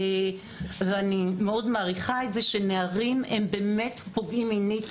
ואני מאוד מעריכה את זה שנערים הם באמת פוגעים מינית.